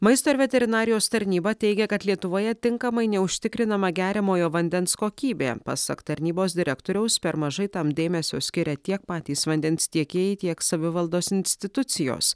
maisto ir veterinarijos tarnyba teigia kad lietuvoje tinkamai neužtikrinama geriamojo vandens kokybė pasak tarnybos direktoriaus per mažai tam dėmesio skiria tiek patys vandens tiekėjai tiek savivaldos institucijos